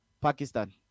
Pakistan